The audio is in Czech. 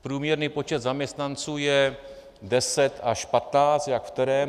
Průměrný počet zaměstnanců je deset až patnáct, jak v kterém.